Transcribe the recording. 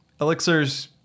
Elixir's